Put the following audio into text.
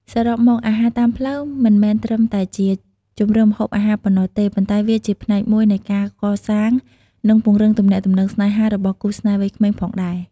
សរុបមក អាហារតាមផ្លូវមិនមែនត្រឹមតែជាជម្រើសម្ហូបអាហារប៉ុណ្ណោះទេ ប៉ុន្តែវាជាផ្នែកមួយនៃការកសាង និងពង្រឹងទំនាក់ទំនងស្នេហារបស់គូស្នេហ៍វ័យក្មេងផងដែរ។